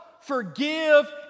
forgive